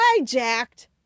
hijacked